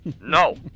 No